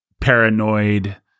paranoid